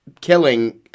killing